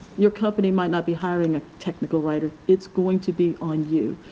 your company might not be hiring a technical writer. it's going to be on you.